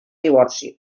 divorci